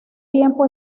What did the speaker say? tiempo